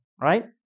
right